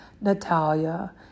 Natalia